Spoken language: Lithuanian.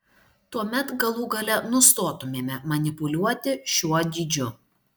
tuomet galų gale nustotumėme manipuliuoti šiuo dydžiu